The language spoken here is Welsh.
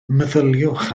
meddyliwch